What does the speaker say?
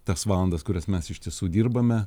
tas valandas kurias mes iš tiesų dirbame